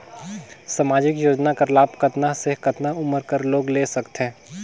समाजिक योजना कर लाभ कतना से कतना उमर कर लोग ले सकथे?